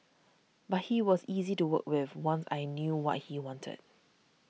but he was easy to work with once I knew what he wanted